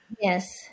yes